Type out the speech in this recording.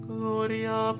Gloria